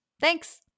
Thanks